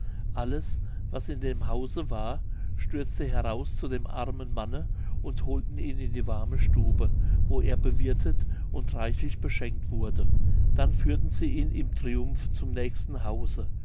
alles was in dem hause war stürzte heraus zu dem armen manne und holte ihn in die warme stube wo er bewirthet und reichlich beschenkt wurde dann führten sie ihn im triumphe zum nächsten hause